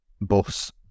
bus